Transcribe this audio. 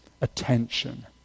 attention